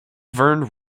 verne